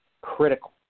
critical